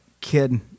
kid